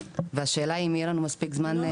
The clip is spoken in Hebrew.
והשאלה אם יהיה לנו מספיק זמן?